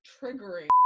triggering